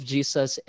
Jesus